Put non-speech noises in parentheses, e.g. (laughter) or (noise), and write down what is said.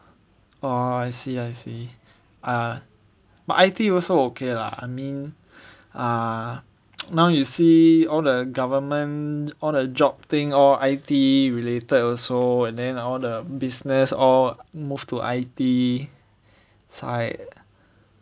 oh I see I see ah but I_T also okay lah I mean ah (noise) now you see all the government all the job thing all I_T related also and then all the business all move to I_T side